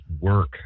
work